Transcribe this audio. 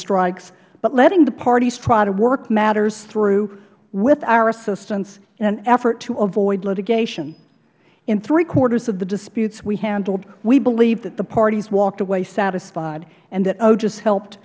strikes but letting the parties try to work matters through with our assistance in an effort to avoid litigation in three quarters of the disputes we handled we believe the parties walked away satisfied and that ogis helped